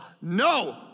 no